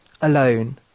alone